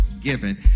given